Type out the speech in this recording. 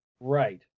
right